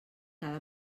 cada